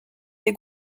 des